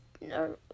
no